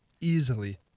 easily